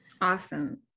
Awesome